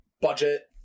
budget